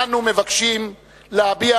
אנו מבקשים להביא,